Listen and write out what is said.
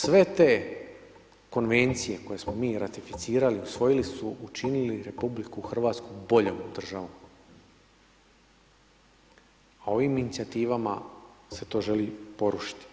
Sve te konvencije koje smo mi ratificirali, usvojili su, učinili RH boljom državom, a ovim inicijativama se to želi porušiti.